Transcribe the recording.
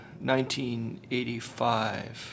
1985